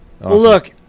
Look